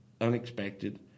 unexpected